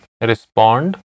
Respond